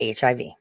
HIV